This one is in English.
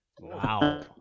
Wow